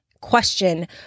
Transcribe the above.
question